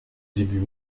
débuts